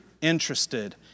interested